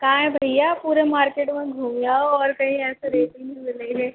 कहाँ है भैया पूरे मार्केट में घूम आओ और कहीं ऐसे रेट नहीं मिलेंगे